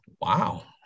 wow